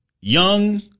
young